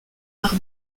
par